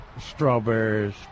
strawberries